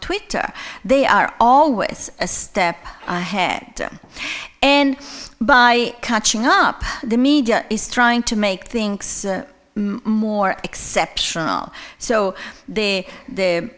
twitter they are all with a step ahead and by catching up the media is trying to make things more exceptional so the